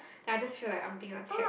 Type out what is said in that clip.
then I just feel like I'm being attacked